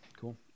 Cool